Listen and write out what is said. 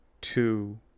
two